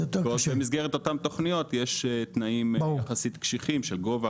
במסגרת אותן תכנית יש תנאים יחסית קשיחים של גובה,